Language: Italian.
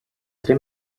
tre